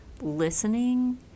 listening